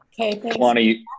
Kalani